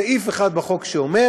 סעיף אחד בחוק שאומר: